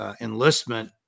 enlistment